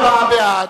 24 בעד,